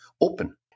open